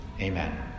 Amen